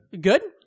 Good